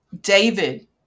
David